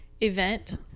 event